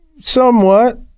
Somewhat